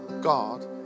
God